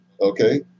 Okay